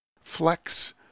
Flex